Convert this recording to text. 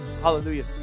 Hallelujah